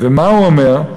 ומה הוא אומר?